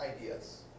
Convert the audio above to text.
ideas